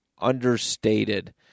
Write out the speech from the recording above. understated